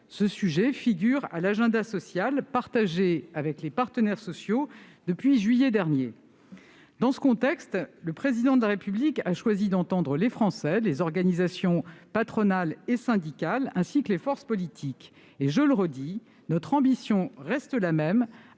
Ces sujets figurent à l'agenda social partagé avec les partenaires sociaux depuis juillet dernier. Dans ce contexte, le Président de la République a choisi d'entendre les Français, les organisations patronales et syndicales, ainsi que les forces politiques. Je le redis, notre ambition reste la même